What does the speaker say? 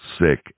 sick